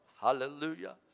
hallelujah